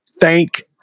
Thank